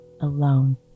alone